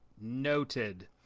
Noted